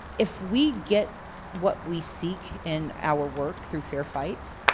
if we get what we seek in our work through fair fight,